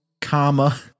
comma